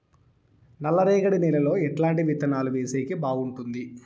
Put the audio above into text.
నల్లరేగడి నేలలో ఎట్లాంటి విత్తనాలు వేసేకి బాగుంటుంది?